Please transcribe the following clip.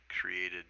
created